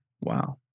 Wow